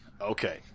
Okay